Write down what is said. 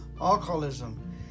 alcoholism